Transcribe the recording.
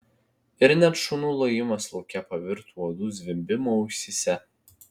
ir net šunų lojimas lauke pavirto uodų zvimbimu ausyse